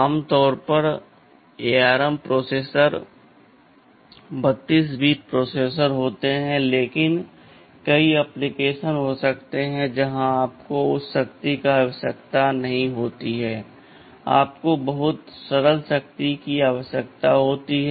आम तौर पर ARM प्रोसेसर 32 बिट प्रोसेसर होते हैं लेकिन कई एप्लिकेशन हो सकते हैं जहां आपको उस शक्ति की आवश्यकता नहीं होती है आपको बहुत सरल शक्ति की आवश्यकता होती है